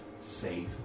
safe